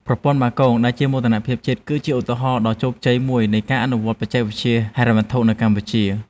ប្រព័ន្ធបាគងដែលជាមោទនភាពជាតិ គឺជាឧទាហរណ៍ដ៏ជោគជ័យមួយនៃការអនុវត្តបច្ចេកវិទ្យាហិរញ្ញវត្ថុនៅកម្ពុជា។